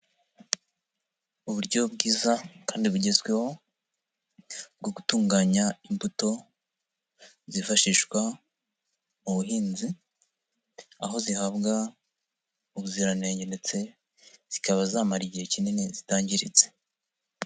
Uburyo bwiza kandi bugezweho bwo gutunganya imbuto zifashishwa mu buhinzi aho zihabwa ubuziranenge ndetse zikaba zamara igihe kinini zitangiritse.